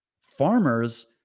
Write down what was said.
Farmers